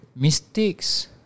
Mistakes